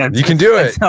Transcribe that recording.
and you can do it. yeah